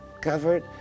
covered